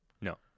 No